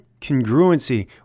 congruency